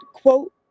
quote